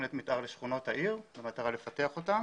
תכניות מתאר לשכונות העיר במטרה לפתח אותן